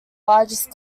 largest